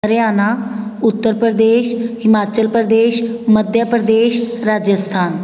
Haryana Uttar Pradesh Himachal Pradesh Madhya Pradesh Rajasthan